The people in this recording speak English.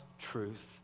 truth